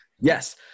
Yes